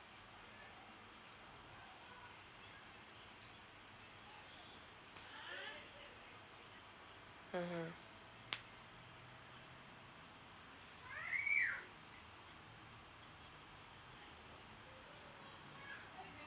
mmhmm